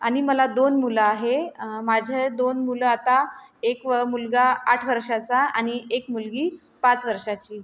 आणि मला दोन मुलं आहे माझे दोन मुलं आता एक व मुलगा आठ वर्षाचा आणि एक मुलगी पाच वर्षाची